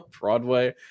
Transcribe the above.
Broadway